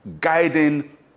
guiding